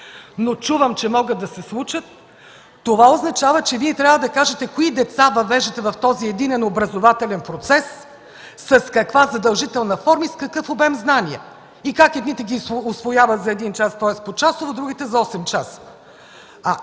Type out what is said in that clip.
но чувам, че могат да се случат, означава, че Вие трябва да кажете кои деца въвеждате в този единен образователен процес, с каква задължителна форма и с какъв обем знания, как едните ги усвояват за един час, тоест почасово, а другите – за 8 часа.